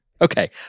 Okay